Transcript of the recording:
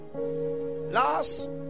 last